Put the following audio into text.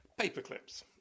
Paperclips